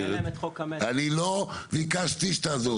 אני לא ביקשתי שתעזור